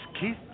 Keith